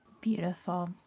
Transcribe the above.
beautiful